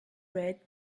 red